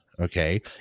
Okay